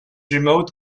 remote